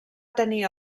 tenir